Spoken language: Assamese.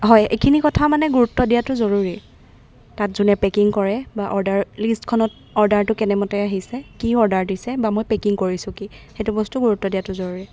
হয় এইখিনি কথা মানে গুৰুত্ব দিয়াতো জৰুৰী তাত যোনে পেকিং কৰে বা অৰ্ডাৰ লিষ্টখনত অৰ্ডাৰটো কেনেমতে আহিছে কি অৰ্ডাৰ দিছে বা মই পেকিং কৰিছোঁ কি সেইটো বস্তু গুৰুত্ব দিয়াতো জৰুৰী